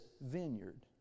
vineyard